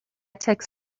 tech